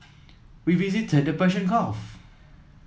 we visited the Persian Gulf